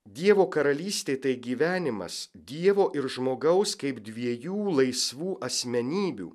dievo karalystė tai gyvenimas dievo ir žmogaus kaip dviejų laisvų asmenybių